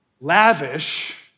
lavish